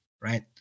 right